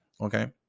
okay